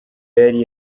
yari